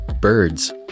birds